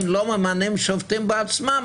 הם לא ממנים שופטים בעצמם,